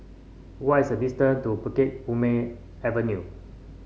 what is the distance to Bukit Purmei Avenue